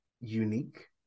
unique